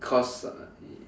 cause